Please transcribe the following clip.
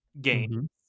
game